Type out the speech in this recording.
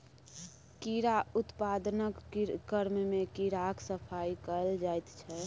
कीड़ा उत्पादनक क्रममे कीड़ाक सफाई कएल जाइत छै